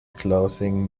clothing